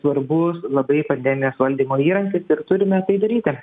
svarbus labai pandemijos valdymo įrankis ir turime tai daryti